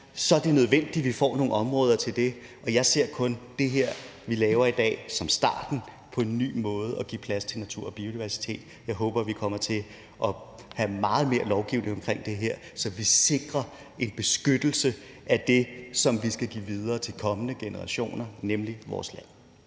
så er det nødvendigt, at vi får nogle områder til det. Og jeg ser kun det her, vi laver i dag, som starten på en ny måde at give plads til naturen og biodiversiteten på. Jeg håber, at vi kommer til at lave meget mere lovgivning omkring det her, så vi sikrer en beskyttelse af det, som vi skal give videre til de kommende generationer, nemlig vores land.